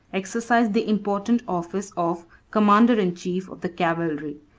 exercised the important office of commander-in-chief of the cavalry.